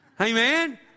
Amen